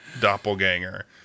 doppelganger